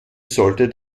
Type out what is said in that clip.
solltet